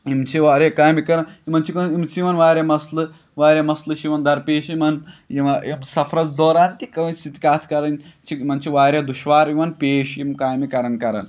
یِم چھِ واریاہ کامہِ کَران یِمَن چھِ یِوان واریاہ مسلہٕ واریاہ مسلہٕ چھِ یِوان دَرپیش یِمَن یِوان یِم سَفرس دوران تہِ کٲنٛسہِ سۭتۍ کَتھ کَرٕنۍ چھِ یِمَن چھِ واریاہ دُشوار یِوان پیش یِم کامہِ کَران کَران